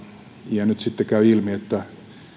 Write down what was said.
ja nyt sitten käy ilmi että